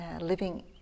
living